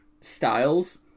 styles